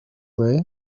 way